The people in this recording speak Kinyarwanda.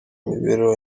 mibereho